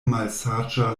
malsaĝa